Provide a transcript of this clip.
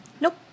Nope